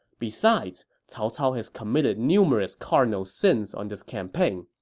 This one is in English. besides, cao cao has committed numerous cardinal sins on this campaign.